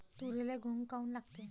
तुरीले घुंग काऊन लागते?